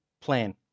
plan